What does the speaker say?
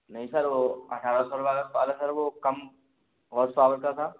नहीं सर वो अट्ठारह सौ वाला वाला सर वो कम होर्स पावर का था